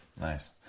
Nice